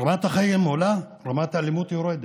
רמת החיים עולה, רמת האלימות יורדת,